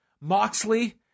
Moxley